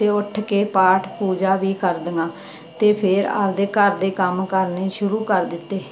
ਅਤੇ ਉੱਠ ਕੇ ਪਾਠ ਪੂਜਾ ਵੀ ਕਰਦੀਆਂ ਅਤੇ ਫੇਰ ਆਪਦੇ ਘਰ ਦੇ ਕੰਮ ਕਰਨੇ ਸ਼ੁਰੂ ਕਰ ਦਿੱਤੇ